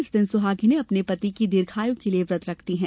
इस दिन सुहागिने अपने पति की दीर्घायु के लिए व्रत रखती हैं